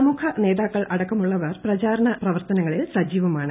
പ്രമുഖ നേതാക്കൾ അടക്കമുള്ളവർ പ്രചാരണ പ്രവർത്തനങ്ങളിൽ സജീവമാണ്